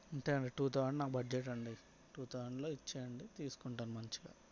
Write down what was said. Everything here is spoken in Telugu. అంతే అండి టూ థౌజండ్ నా బడ్జెటండి టూ థౌజండ్లో ఇచ్చేయండి తీసుకుంటాను మంచిగా